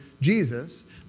Jesus